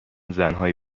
زنهای